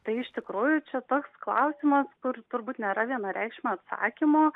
tai iš tikrųjų čia toks klausimas kur turbūt nėra vienareikšmio atsakymo